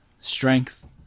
strength